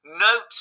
note